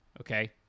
Okay